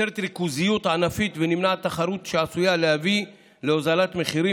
נוצרת ריכוזיות ענפית ונמנעת תחרות שעשויה להביא להורדת מחירים